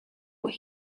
what